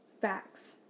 Facts